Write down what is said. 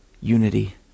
unity